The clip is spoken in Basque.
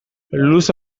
luze